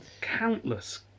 countless